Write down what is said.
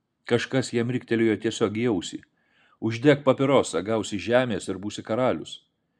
kažkas jam riktelėjo tiesiog į ausį uždek papirosą gausi žemės ir būsi karalius